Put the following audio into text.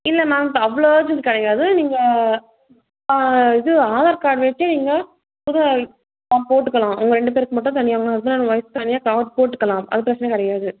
இல்லை மேம் இப்போ அவ்வளோ அர்ஜென்டு கிடையாது நீங்கள் இது ஆதார் கார்டு வச்சே நீங்கள் புது போட்டுக்கலாம் உங்கள் ரெண்டு பேருக்கு மட்டும் தனியாக வேணா ஹஸ்பெண்ட் அண்ட் ஒய்ஃப் தனியாக போட்டுக்கலாம் அது பிரச்சனை கிடையாது